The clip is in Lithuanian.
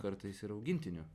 kartais ir augintinių